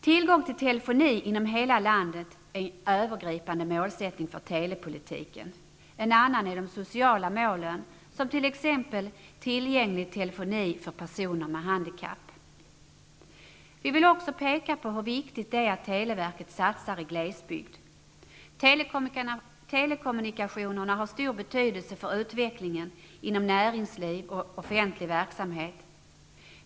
Tillgång till telefoni inom hela landet är en övergripande målsättning för telepolitiken, en annan är de sociala målen, som tillgänlig telefoni för personer med handikapp. Vi vill också peka på hur viktigt det är att televerket satsar i glesbygd. Telekommunikationerna har stor betydelse för utvecklingen inom näringsliv och offentlig verksamhet.